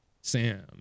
Sam